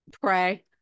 pray